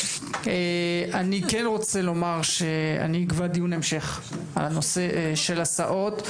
כן רוצה לומר שאני אקבע דיון המשך על נושא ההסעות.